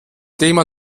thema